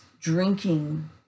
drinking